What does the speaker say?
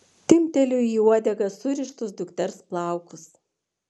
timpteliu į uodegą surištus dukters plaukus